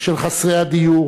של חסרי הדיור